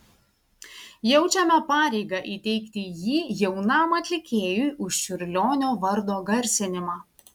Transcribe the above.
jaučiame pareigą įteikti jį jaunam atlikėjui už čiurlionio vardo garsinimą